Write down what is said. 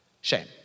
Shame